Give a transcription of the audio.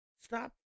Stop